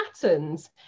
patterns